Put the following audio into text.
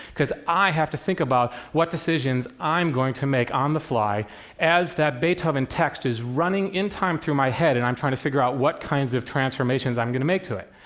because i have to think about what decisions i'm going to make on the fly as that beethoven text is running in time through my head and i'm trying to figure out what kinds of transformations i'm going to make to it.